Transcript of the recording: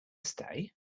stay